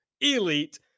ELITE